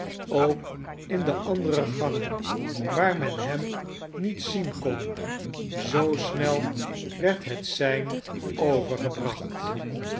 ook in de andere gangen waar men hem niet zien kon zoo snel werd het sein